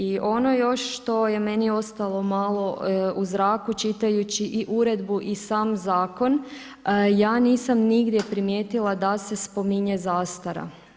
I ono još što je meni ostalo malo u zraku čitajući i Uredbu i sam Zakon, ja nisam nigdje primijetila da se spominje zastara.